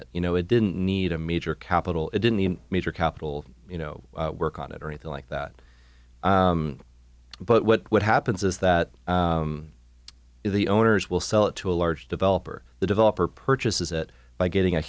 it you know it didn't need a major capital it didn't the major capital you know work on it or anything like that but what happens is that the owners will sell it to a large developer the developer purchases it by getting a